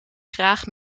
graag